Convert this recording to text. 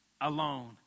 alone